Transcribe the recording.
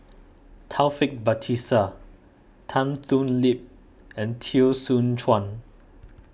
Taufik Batisah Tan Thoon Lip and Teo Soon Chuan